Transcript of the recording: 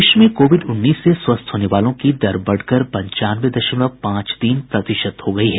देश में कोविड उन्नीस से स्वस्थ होने वालों की दर बढ़कर पंचानवे दशमवल पांच तीन प्रतिशत हो गई है